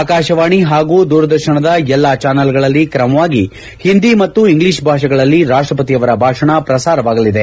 ಆಕಾಶವಾಣಿ ಹಾಗೂ ದೂರದರ್ಶನದ ಎಲ್ಲಾ ಚಾನಲೆಗಳಲ್ಲಿ ತ್ರಮವಾಗಿ ಹಿಂದಿ ಮತ್ತು ಇಂಗ್ಲೀಷ್ ಭಾಷೆಗಳಲ್ಲಿ ರಾಷ್ಷಪತಿಯವರ ಭಾಷಣ ಪ್ರಸಾರವಾಗಲಿದೆ